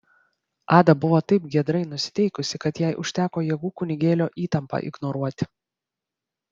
ada buvo taip giedrai nusiteikusi kad jai užteko jėgų kunigėlio įtampą ignoruoti